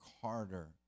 harder